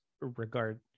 regard